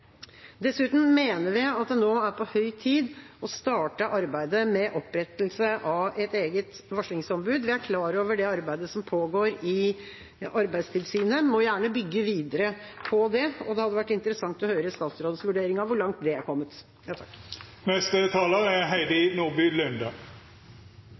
Dessuten mener vi at det nå er på høy tid å starte arbeidet med opprettelse av et eget varslingsombud. Vi er klar over det arbeidet som pågår i Arbeidstilsynet. En må gjerne bygge videre på det, og det hadde vært interessant å høre statsrådens vurdering av hvor langt det har kommet.